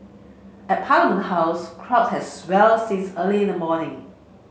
at Parliament House crowds had swelled since early in the morning